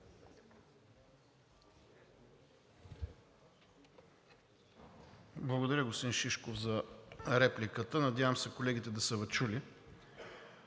Благодаря, господин Шишков, за репликата. Надявам се колегите да са Ви чули.